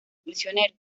prisionero